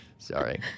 Sorry